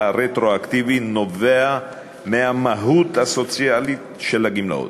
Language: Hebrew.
הרטרואקטיבי נובע מהמהות הסוציאלית של הגמלאות,